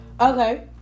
Okay